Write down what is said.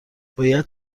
باید